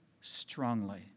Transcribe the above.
strongly